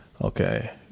Okay